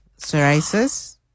psoriasis